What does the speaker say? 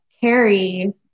Carrie